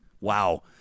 Wow